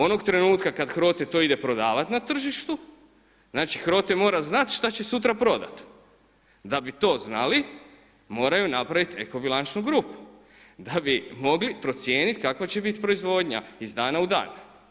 Onog trenutka kada HROTE to ide prodavati na tržištu, znači HROTE mora znati što će sutra prodati, da bi to znali moraju napraviti eko-bilančnu grupu da bi mogli procijeniti kakva će biti proizvodnja iz dana u dan.